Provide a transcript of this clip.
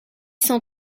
cent